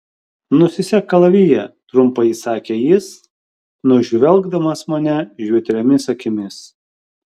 nusisek kalaviją trumpai įsakė jis nužvelgdamas mane žvitriomis akimis